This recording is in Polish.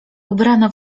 ubrana